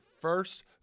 first